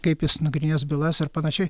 kaip jis nagrinės bylas ir panašiai